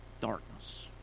Darkness